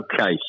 Okay